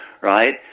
right